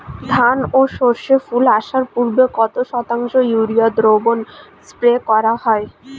ধান ও সর্ষে ফুল আসার পূর্বে কত শতাংশ ইউরিয়া দ্রবণ স্প্রে করা হয়?